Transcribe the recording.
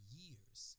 years